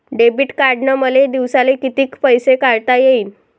Debit कार्डनं मले दिवसाले कितीक पैसे काढता येईन?